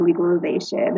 legalization